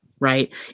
Right